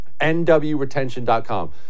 nwretention.com